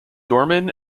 dorman